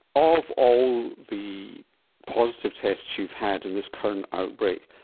of all the positive tests you've had in this current outbreak,